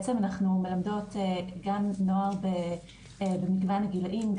למעשה אנחנו מלמדות גם נוער במגוון גילאים,